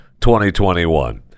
2021